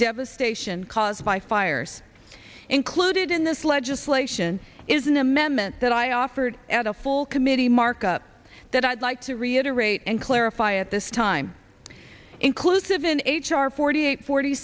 devastation caused by fires included in this legislation is an amendment that i offered at a full committee markup that i'd like to reiterate and clarify at this time inclusive in h r forty eight forty